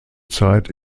zeit